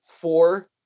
four